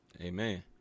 Amen